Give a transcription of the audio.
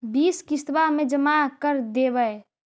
बिस किस्तवा मे जमा कर देवै?